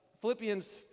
Philippians